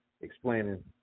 explaining